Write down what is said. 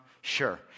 sure